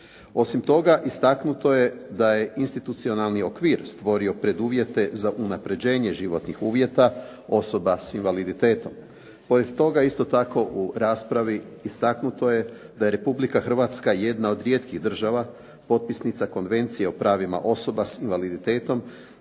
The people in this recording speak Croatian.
Osim toga, istaknuto je da je institucionalni okvir stvorio preduvjete za unapređenje životnih uvjeta osoba sa invaliditetom. Pored toga isto tako u raspravi istaknuto je da je Republika Hrvatska jedna od rijetkih država potpisnica Konvencije o pravima osoba s invaliditetom